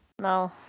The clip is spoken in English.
No